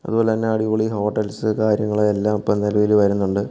അതുപോലെ തന്നെ അടിപൊളി ഹോട്ടൽസ് കാര്യങ്ങളെല്ലാം ഇപ്പം നിലവിൽ വരുന്നുണ്ട്